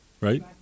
right